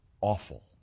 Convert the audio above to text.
awful